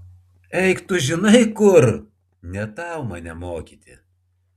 eik tu žinai kur ne tau mane mokyti